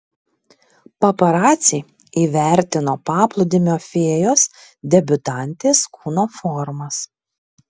paparaciai įvertino paplūdimio fėjos debiutantės kūno formas